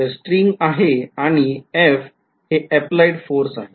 तर स्ट्रिंग आहे आणि F हे अप्लाइड फोर्स आहे